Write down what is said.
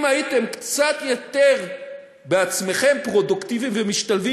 אם הייתם קצת יותר פרודוקטיביים בעצמכם ומשתלבים